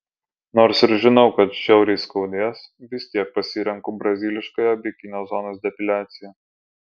nors ir žinau kad žiauriai skaudės vis tiek pasirenku braziliškąją bikinio zonos depiliaciją